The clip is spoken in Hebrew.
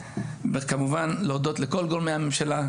וכמובן להודות לכל גורמי הממשלה,